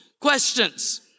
questions